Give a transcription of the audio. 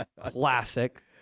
classic